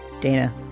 Dana